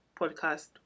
podcast